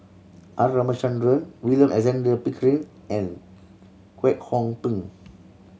R Ramachandran William Alexander Pickering and Kwek Hong Png